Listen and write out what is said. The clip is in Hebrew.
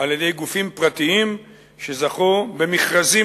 על-ידי גופים פרטיים שזכו במכרזים